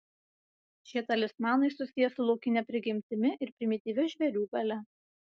šie talismanai susiję su laukine prigimtimi ir primityvia žvėrių galia